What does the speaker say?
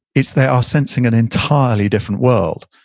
it's they are sensing an entirely different world,